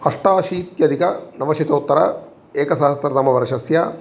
अष्टाशीत्यधिकनवशतोत्तर एकसहस्रतम वर्षस्य